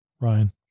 ryan